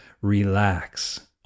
relax